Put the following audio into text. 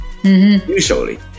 Usually